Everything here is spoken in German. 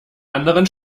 anderen